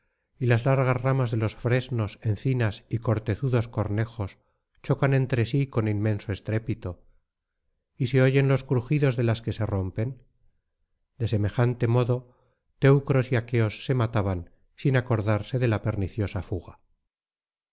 y las largas ramas délos fresnos encinas y cortezudos cornejos chocan entre sí con inmenso estrépito y se oyen los crujidos de las que se rompen de semejante modo teucrosy aqueos se mataban sin acordarse de la perniciosa fuga